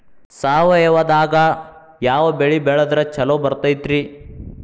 ಸಾವಯವದಾಗಾ ಯಾವ ಬೆಳಿ ಬೆಳದ್ರ ಛಲೋ ಬರ್ತೈತ್ರಿ?